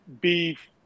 beef